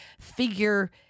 figure